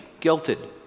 guilted